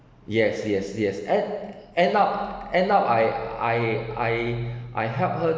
yes yes yes end end up end up I I I I helped her